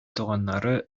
туганнары